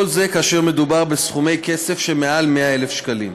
כל זה כאשר מדובר בסכומי כסף שמעל 100,000 שקלים.